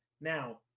Now